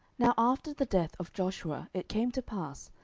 now after the death of joshua it came to pass,